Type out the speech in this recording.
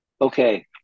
Okay